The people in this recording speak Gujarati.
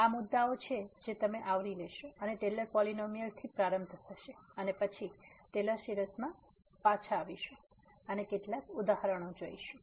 તેથી આ મુદ્દાઓ છે જે તમે આવરી લેશો અને ટેલર પોલીનોમીઅલ થી પ્રારંભ થશે અને પછી ટેલર સીરીઝ માં પાછા આવશું અને કેટલાક ઉદાહરણો જોશું